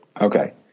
Okay